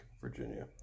Virginia